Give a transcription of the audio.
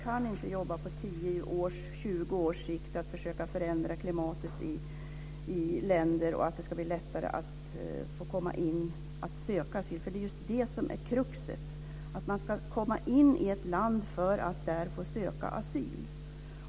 Vi kan inte jobba på 10 och 20 års sikt med att försöka förändra klimatet i länder och för att det ska bli lättare att få komma in och söka asyl. Kruxet är just att man ska komma in i ett land för att där få söka asyl.